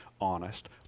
honest